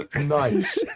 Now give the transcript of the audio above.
nice